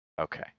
Okay